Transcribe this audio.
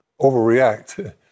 overreact